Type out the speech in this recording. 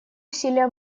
усилия